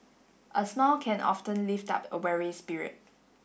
a smile can often lift up a weary spirit